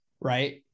right